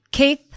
Keith